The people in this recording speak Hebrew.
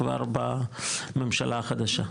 כבר בממשלה החדשה.